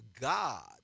God